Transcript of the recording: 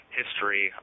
history